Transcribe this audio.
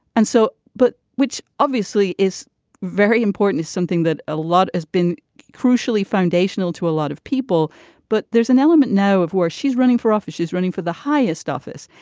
and so but which obviously is very important is something that a lot has been crucially foundational to a lot of people but there's an element now of where she's running for office she's running for the highest office.